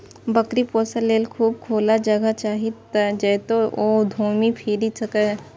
बकरी पोसय लेल खूब खुला जगह चाही, जतय ओ घूमि फीरि सकय